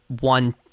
one